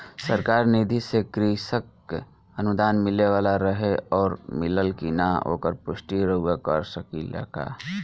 सरकार निधि से कृषक अनुदान मिले वाला रहे और मिलल कि ना ओकर पुष्टि रउवा कर सकी ला का?